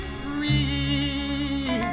free